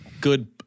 good